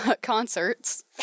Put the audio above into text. concerts